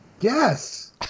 Yes